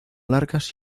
largas